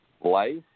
Life